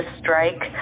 strike